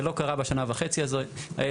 זה לא קרה בשנה וחצי האלו,